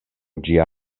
ĝia